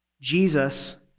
Jesus